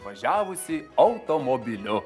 važiavusį automobiliu